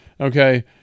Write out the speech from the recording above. Okay